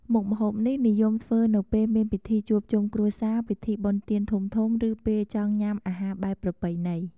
មុខម្ហូបនេះនិយមធ្វើនៅពេលមានពិធីជួបជុំគ្រួសារ ពិធីបុណ្យទានធំៗ ឬពេលចង់ញ៉ាំអាហារបែបប្រពៃណី។